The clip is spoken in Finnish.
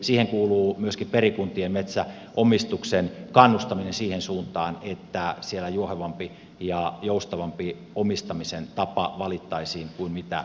siihen kuuluu myöskin perikuntien metsänomistuksen kannustaminen siihen suuntaan että siellä juohevampi ja joustavampi omistamisen tapa valittaisiin kuin mitä perikunta on